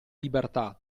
libertà